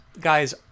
guys